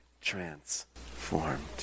transformed